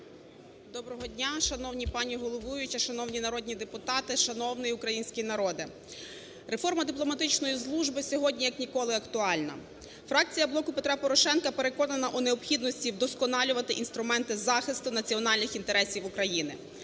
Доброго дня! Шановна пані головуюча, шановні народні депутати, шановний український народе! Реформа дипломатичної служби сьогодні як ніколи актуальна. Фракція "Блоку Петра Порошенка" переконана у необхідності вдосконалювати інструменти захисту національних інтересів України.